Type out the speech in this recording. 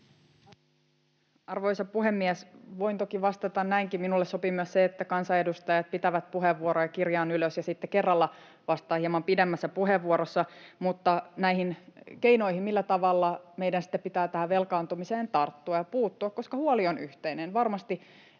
Arvoisa puhemies! Voin toki vastata näinkin. Minulle sopii myös se, että kansanedustajat pitävät puheenvuoroja ja kirjaan ylös ja sitten kerralla vastaan hieman pidemmässä puheenvuorossa. Näihin keinoihin, millä tavalla meidän sitten pitää tähän velkaantumiseen tarttua ja puuttua, koska huoli on yhteinen